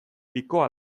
pikoa